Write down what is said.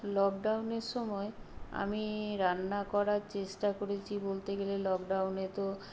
লকডাউনের সময় আমি রান্না করার চেষ্টা করেছি বলতে গেলে লকডাউনে তো